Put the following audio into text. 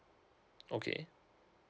okay